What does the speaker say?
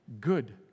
good